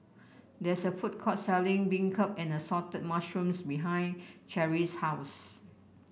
there is a food court selling beancurd and Assorted Mushrooms behind Cherri's house